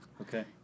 Okay